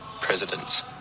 presidents